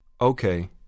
Okay